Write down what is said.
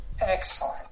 Excellent